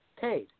paid